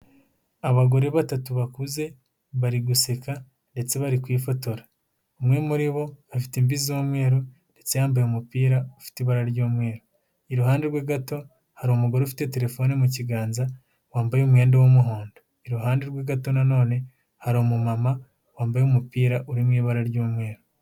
Abagore batatu bakuze, bari guseka ndetse bari kwifotora, umwe muri bo afite imvi z'umweru ndetse yambaye umupira ufite ibara ry'umweru, iruhande rwe gato hari umugore ufite telefone mu kiganza wambaye umwenda w'umuhondo, iruhande rwega nanone hari umumama wambaye umupira uri mu ibara ry'umweru.